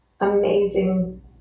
amazing